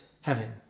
heaven